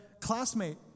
classmate